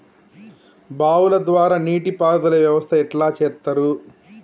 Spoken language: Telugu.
బావుల ద్వారా నీటి పారుదల వ్యవస్థ ఎట్లా చేత్తరు?